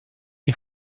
che